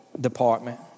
department